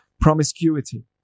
promiscuity